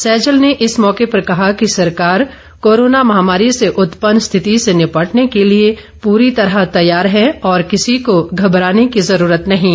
सैजल ने इस मौके पर कहा कि सरकार कोरोना महामारी से उत्पन्न स्थिति से निपटने के लिए पूरी तरह तैयार है और किसी को घबराने की जरूरत नहीं है